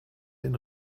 den